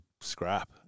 scrap